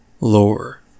lore